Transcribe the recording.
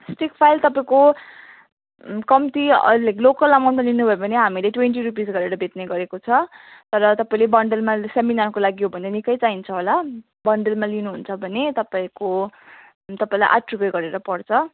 stick file तपाईँको कम्ती अहिले लोकल अमाउन्टमा लिनुभयो भने हामीले ट्वेन्टी रुपिस गरेर बेच्ने गरेको छ तर तपाईँले बन्डलमा सेमिनारको लागि हो भने निकै चाहिन्छ होला बन्डलमा लिनुहुन्छ भने तपाईँको तपाईँलाई आठ रुपियाँ गरेर पर्छ